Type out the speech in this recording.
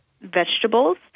vegetables